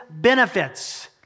benefits